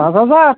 হ্যাঁ দাদা